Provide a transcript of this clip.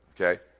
Okay